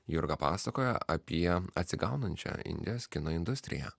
jurga pasakoja apie atsigaunančią indijos kino industriją